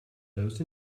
closed